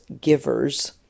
givers